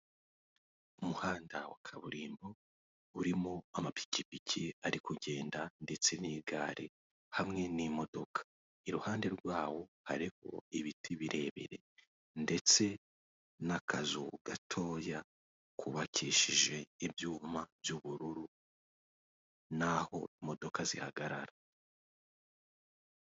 Umuhanda wa kaburimbo urimo amapikipiki ari kugenda ndetse n'igare hamwe n'imodoka, iruhande rwawo hariho ibiti birebire ndetse n'akazu gatoya kubakishije ibyuma by'ubururu n'aho imodoka zihagarara.